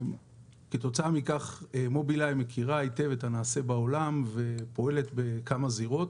כתוצאה מכך מובילאיי מכירה היטב את הנעשה בעולם ופועלת בכמה זירות.